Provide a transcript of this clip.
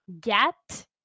get